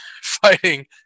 fighting